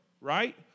right